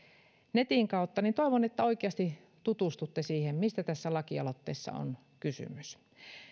netin kautta toivon että oikeasti tutustutte siihen mistä tässä lakialoitteessa on kysymys tämä